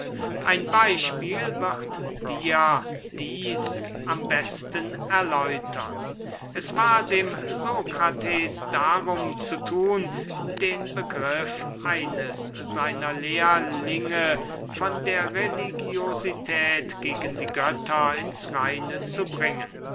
ein beyspiel wird dir dieß am besten erläutern es war dem sokrates darum zu thun den begriff eines seiner lehrlinge von der religiosität gegen die götter ins reine zu bringen